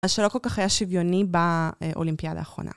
מה שלא כל כך היה שוויוני באולימפיאדה האחרונה.